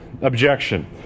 objection